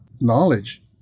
knowledge